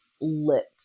lit